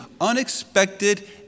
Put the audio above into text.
unexpected